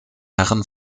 herren